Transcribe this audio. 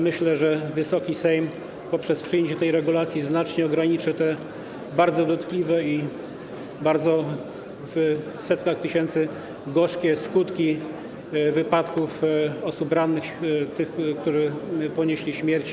Myślę, że Wysoki Sejm poprzez przyjęcie tej regulacji znacznie ograniczy bardzo dotkliwe i liczone w setkach tysięcy gorzkie skutki wypadków, liczbę osób rannych, tych, którzy ponieśli śmierć.